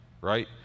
right